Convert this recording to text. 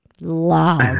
Love